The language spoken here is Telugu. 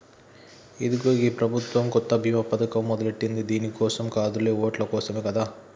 ఇదిగో గీ ప్రభుత్వం కొత్త బీమా పథకం మొదలెట్టింది దీని కోసం కాదులే ఓట్ల కోసమే కదా